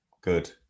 Good